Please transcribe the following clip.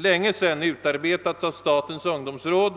länge sedan utarbetats av statens ungdomsråd.